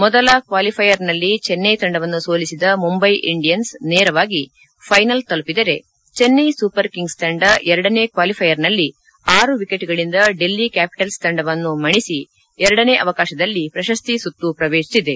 ಮೊದಲ ಕ್ವಾಲಿಫೈಯರ್ ನಲ್ಲಿ ಚೆನ್ನೈ ತಂಡವನ್ನು ಸೋಲಿಸಿದ ಮುಂಬಯಿ ಇಂಡಿಯನ್ಸ್ ನೇರವಾಗಿ ಫೈನಲ್ ತಲುಪಿದರೆ ಚೆನ್ನೈ ಸೂಪರ್ ಕಿಂಗ್ಸ್ ತಂಡ ಎರಡನೇ ಕ್ವಾಲಿಫೈಯರ್ ನಲ್ಲಿ ಆರು ವಿಕೆಟ್ ಗಳಿಂದ ಡೆಲ್ಲಿ ಕ್ಕಾಪಿಟಲ್ಲ್ ತಂಡವನ್ನು ಮಣಿಸಿ ಎರಡನೇ ಅವಕಾಶದಲ್ಲಿ ಪ್ರಶಸ್ತಿ ಸುತ್ತು ಪ್ರವೇಶಿಸಿದೆ